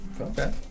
Okay